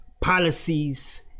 policies